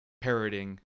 parroting